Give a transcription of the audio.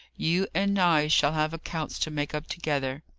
you and i shall have accounts to make up together.